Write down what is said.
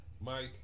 Mike